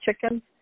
chicken